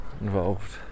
involved